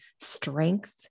strength